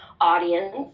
audience